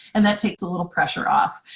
and that takes a little pressure off.